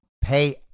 pay